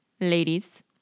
ladies